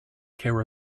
care